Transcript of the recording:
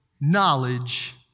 knowledge